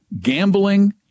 Gambling